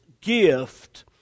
gift